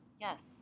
Yes